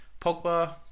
Pogba